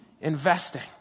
investing